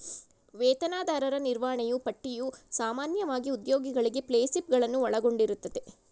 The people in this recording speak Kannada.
ವೇತನದಾರರ ನಿರ್ವಹಣೆಯೂ ಪಟ್ಟಿಯು ಸಾಮಾನ್ಯವಾಗಿ ಉದ್ಯೋಗಿಗಳಿಗೆ ಪೇಸ್ಲಿಪ್ ಗಳನ್ನು ಒಳಗೊಂಡಿರುತ್ತದೆ